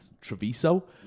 Treviso